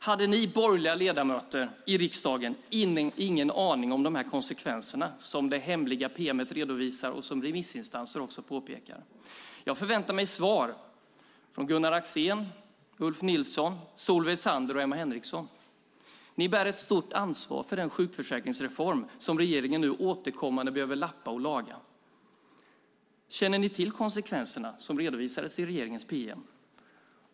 Hade ni borgerliga ledamöter i riksdagen ingen aning om de konsekvenser som det hemliga pm:et redovisar och som remissinstanser också påpekar? Jag väntar mig svar från Gunnar Axén, Ulf Nilsson, Solveig Zander och Emma Henriksson. Ni bär ett stort ansvar för den sjukförsäkringsreform som regeringen nu återkommande behöver lappa och laga. Känner ni till konsekvenserna som redovisades i regeringens pm?